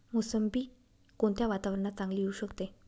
मोसंबी कोणत्या वातावरणात चांगली येऊ शकते?